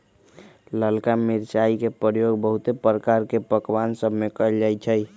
ललका मिरचाई के प्रयोग बहुते प्रकार के पकमान सभमें कएल जाइ छइ